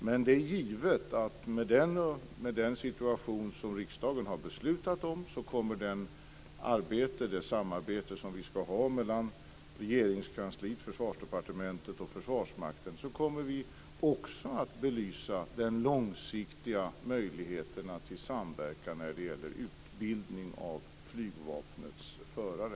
Men det är givet att i den situation som riksdagen har beslutat om kommer vi i det samarbete som vi ska ha mellan Försvarsdepartementet och Försvarsmakten också att belysa de långsiktiga möjligheterna till samverkan när det gäller utbildning av flygvapnets förare.